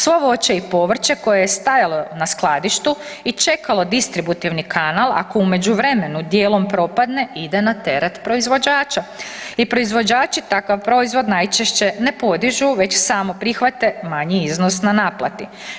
Svo voće i povrće koje je stajalo na skladištu i čekalo distributivni kanal ako u međuvremenu dijelom propadne ide na teret proizvođača i proizvođači takav proizvod najčešće ne podižu već samo prihvate manji iznos na naplati.